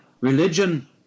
Religion